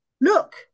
look